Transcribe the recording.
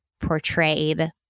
portrayed